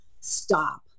stop